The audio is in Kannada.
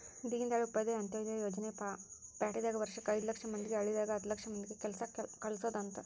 ದೀನ್ದಯಾಳ್ ಉಪಾಧ್ಯಾಯ ಅಂತ್ಯೋದಯ ಯೋಜನೆ ಪ್ಯಾಟಿದಾಗ ವರ್ಷಕ್ ಐದು ಲಕ್ಷ ಮಂದಿಗೆ ಹಳ್ಳಿದಾಗ ಹತ್ತು ಲಕ್ಷ ಮಂದಿಗ ಕೆಲ್ಸ ಕಲ್ಸೊದ್ ಅಂತ